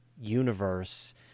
universe